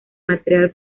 material